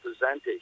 percentage